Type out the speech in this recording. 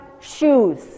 shoes